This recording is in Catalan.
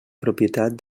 propietat